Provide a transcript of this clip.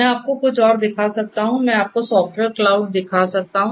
मैं आपको कुछ और दिखा सकता हूं मैं आपको सॉफ्टवेयर क्लाउड दिखा सकता हूं